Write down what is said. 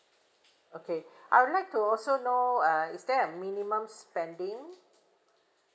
okay I would like to also know uh is there a minimum spending